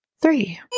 three